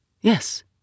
Yes